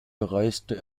bereiste